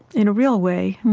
in a real way,